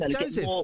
Joseph